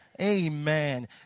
Amen